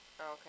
Okay